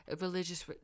religious